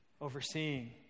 overseeing